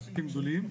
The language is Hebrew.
מרחקים גדולים.